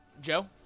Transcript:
Joe